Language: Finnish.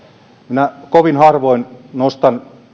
minä kovin harvoin nostan